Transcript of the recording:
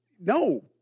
No